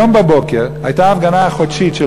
היום בבוקר הייתה ההפגנה החודשית של